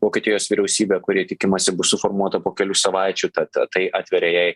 vokietijos vyriausybę kuri tikimasi bus suformuota po kelių savaičių tad tai atveria jai